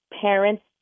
parents